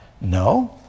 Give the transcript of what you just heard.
no